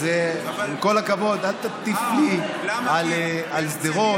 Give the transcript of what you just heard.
אז עם כל הכבוד, אל תטיף לי על שדרות.